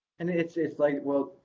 and it's it's like, well,